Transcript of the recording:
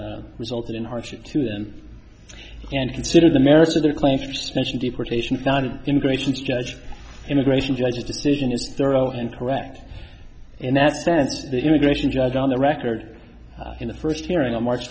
might result in hardship to them and consider the merits of their claim for special deportation found immigrations judge immigration judge decision is thorough interact in that sense the immigration judge on the record in the first hearing on march